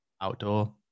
outdoor